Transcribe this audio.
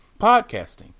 podcasting